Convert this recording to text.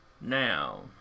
Now